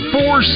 Four